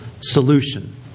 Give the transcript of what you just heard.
solution